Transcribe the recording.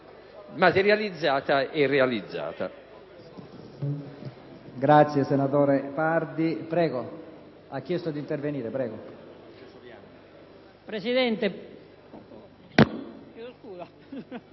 materializzata e realizzata.